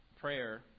prayer